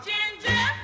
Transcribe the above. Ginger